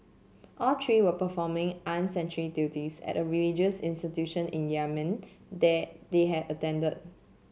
all three were performing armed sentry duties at a religious institution in Yemen they they had attended